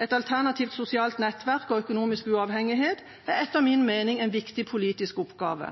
et alternativt sosialt nettverk og økonomisk uavhengighet, er etter min mening en viktig politisk oppgave.